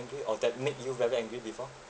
angry or that make you very angry before